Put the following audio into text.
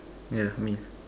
yeah me